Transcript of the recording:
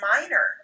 minor